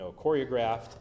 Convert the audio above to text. choreographed